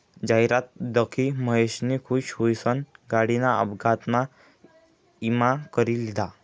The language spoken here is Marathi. जाहिरात दखी महेशनी खुश हुईसन गाडीना अपघातना ईमा करी लिधा